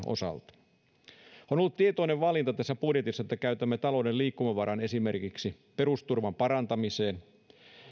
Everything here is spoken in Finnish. osalta on ollut tietoinen valinta tässä budjetissa että käytämme talouden liikkumavaran esimerkiksi perusturvan parantamiseen